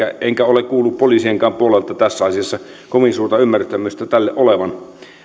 enkä ole kuullut poliisienkaan puolelta tälle asialle kovin suurta ymmärtämystä olevan